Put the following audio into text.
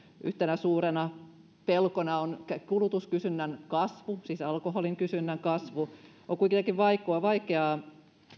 yhtenä suurena pelkona on kulutuskysynnän kasvu siis alkoholin kysynnän kasvu on kuitenkin vaikeaa